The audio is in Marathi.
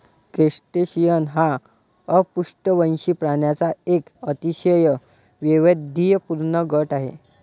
क्रस्टेशियन हा अपृष्ठवंशी प्राण्यांचा एक अतिशय वैविध्यपूर्ण गट आहे